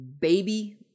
baby